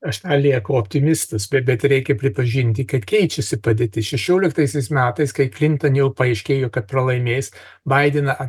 aš lieku optimistas bet reikia pripažinti kad keičiasi padėtis šešioliktaisiais metais kai clinton jau paaiškėjo kad pralaimės baideną